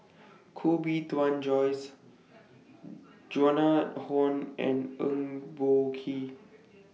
Koh Bee Tuan Joyce Joan Hon and Eng Boh Kee